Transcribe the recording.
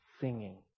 singing